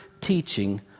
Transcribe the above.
teaching